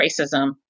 racism